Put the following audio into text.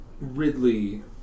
Ridley